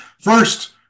First